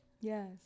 Yes